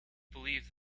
believed